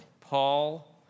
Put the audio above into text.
Paul